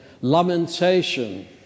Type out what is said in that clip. lamentation